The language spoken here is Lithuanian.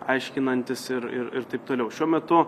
aiškinantis ir ir ir taip toliau šiuo metu